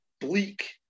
bleak